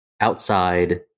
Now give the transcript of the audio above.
outside